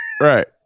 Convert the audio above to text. Right